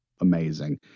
amazing